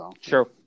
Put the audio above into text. Sure